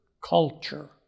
culture